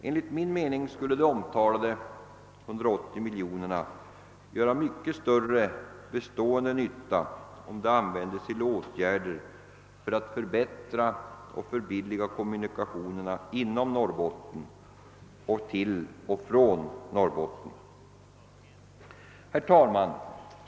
Enligt min mening skulle de omtalade 180 miljonerna göra mycket större bestående nytta om de användes till åtgärder för att förbättra och förbilliga kommunikationerna inom samt till och från Norrbotten. Herr talman!